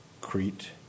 Crete